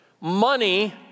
Money